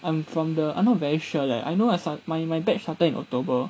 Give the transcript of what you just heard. I'm from the I not very sure leh I know as I my batch started in october